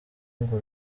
ngo